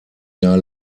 jahr